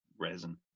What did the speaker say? resin